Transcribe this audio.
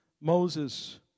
Moses